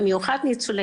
מרותקת למיטה,